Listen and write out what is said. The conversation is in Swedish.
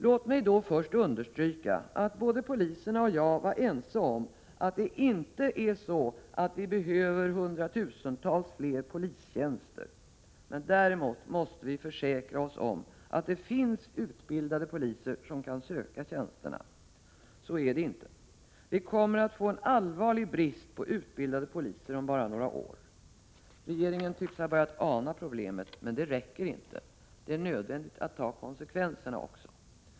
Låt mig då först understryka att både poliserna och jag var ense om att vi inte behöver hundratusentals fler polistjänster, men däremot att vi måste försäkra oss om att det finns utbildade poliser som kan söka tjänsterna. Så är det inte i dag. Vi kommer att få en allvarlig brist på utbildade poliser om bara några år. Regeringen tycks ha börjat ana problemet, men det räcker inte. Det är nödvändigt att ta konsekvenserna också.